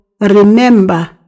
remember